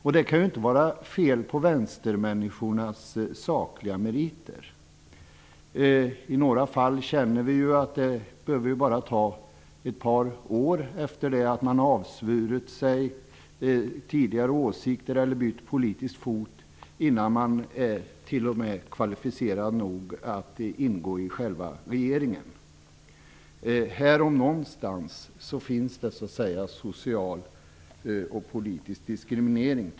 Det kan inte vara fel på vänstermänniskornas sakliga meriter. Det behöver bara ta ett par år efter det att man avsvurit sig tidigare åsikter eller bytt politisk fot innan man t.o.m. är kvalificerad nog att ingå i själva regeringen. Här, om någonstans, finns det social och politisk diskriminering.